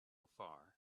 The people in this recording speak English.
far